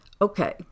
Okay